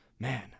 Man